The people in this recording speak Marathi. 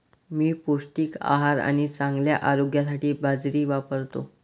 मी पौष्टिक आहार आणि चांगल्या आरोग्यासाठी बाजरी वापरतो